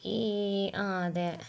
ആ അതെ